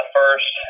first